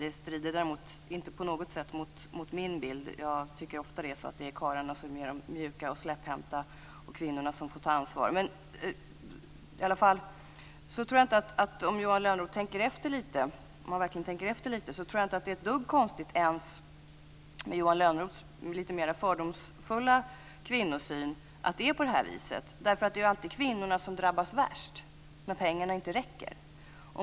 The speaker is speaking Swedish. Det strider däremot inte på något sätt mot min bild. Jag tycker ofta det är så att det är karlarna som är de mjuka och släpphänta och kvinnorna som får ta ansvar. Om Johan Lönnroth verkligen tänker efter lite tror jag inte att det är ett dugg konstigt ens med Johan Lönnroths lite mer fördomsfulla kvinnosyn att det är på det här viset. Det är alltid kvinnorna som drabbas värst när pengarna inte räcker.